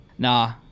nah